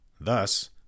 thus